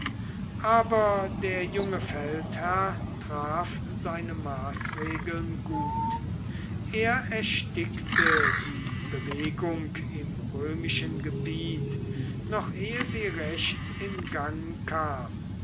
aber der junge feldherr traf seine maßregeln gut er erstickte die bewegung im römischen gebiet noch ehe sie recht in gang kam